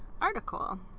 article